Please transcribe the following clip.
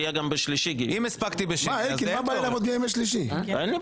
יהיה גם בשלישי --- אם הספקתי בשני,